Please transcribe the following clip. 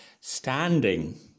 Standing